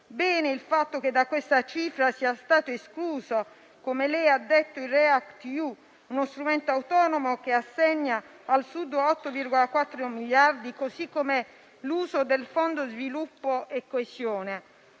il fatto che da questa cifra sia stato escluso, come lei ha detto, il React EU, uno strumento autonomo che assegna al Sud 8,4 miliardi, così come il Fondo sviluppo e coesione,